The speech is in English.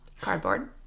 Cardboard